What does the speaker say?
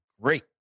great